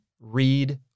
Read